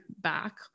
back